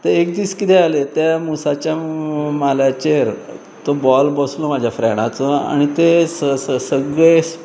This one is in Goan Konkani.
ते एक दीस कितें जालें त्या मुसाच्या माल्याचेर तो बॉल बसलो म्हाज्या फ्रँडाचो आनी ते सगळे